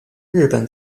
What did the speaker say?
日本